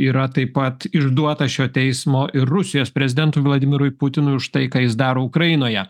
yra taip pat išduotas šio teismo ir rusijos prezidentui vladimirui putinui už tai ką jis daro ukrainoje